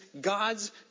God's